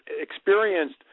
experienced